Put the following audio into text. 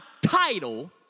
title